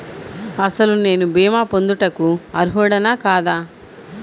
అసలు నేను భీమా పొందుటకు అర్హుడన కాదా?